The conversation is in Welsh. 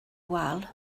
wal